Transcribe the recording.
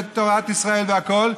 תורת ישראל והכול,